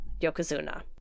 Yokozuna